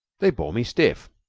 they bore me stiff.